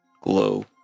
glow